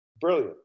brilliant